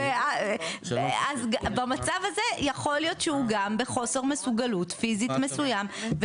אז במצב הזה יכול להיות שהוא גם בחוסר מסוגלות פיזית מסוים,